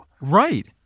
Right